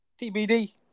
tbd